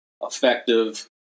effective